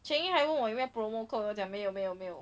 cheng yi 还问我有没有 promo code 我讲没有没有没有